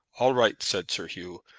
all right, said sir hugh.